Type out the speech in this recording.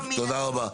טוב, תודה רבה.